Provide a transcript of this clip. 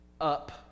up